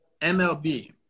MLB